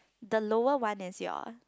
the lower one is your